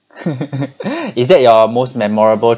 is that your most memorable